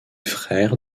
frères